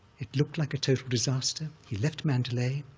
it looked like a total disaster. he left mandalay.